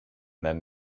then